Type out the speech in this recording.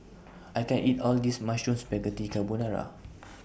I can't eat All This Mushroom Spaghetti Carbonara